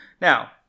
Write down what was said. Now